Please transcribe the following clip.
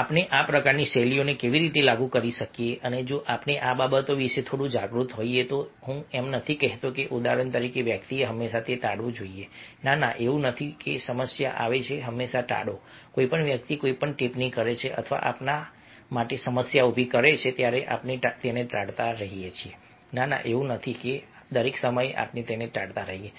આપણે આ પ્રકારની શૈલીઓને કેવી રીતે લાગુ કરી શકીએ અને જો આપણે આ બાબતો વિશે થોડું જાગૃત હોઈએ તો હું એમ નથી કહેતો કે ઉદાહરણ તરીકે વ્યક્તિએ હંમેશા ટાળવું જોઈએ ના ના એવું નથી કે સમસ્યા આવે તો હંમેશા ટાળો કોઈપણ વ્યક્તિ કોઈપણ ટિપ્પણી કરે છે અથવા આપણા માટે સમસ્યા ઊભી કરે છે તેથી આપણે ટાળતા રહીએ છીએ ના ના એવું નથી કે દરેક સમયે આપણે ટાળતા રહીએ છીએ